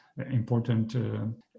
important